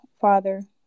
father